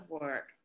work